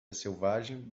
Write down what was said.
selvagem